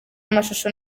mashusho